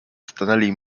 stanęli